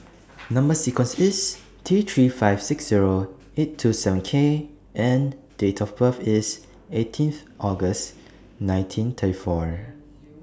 Number sequence IS T three five six Zero eight two seven K and Date of birth IS eighteenth August nineteen thirty four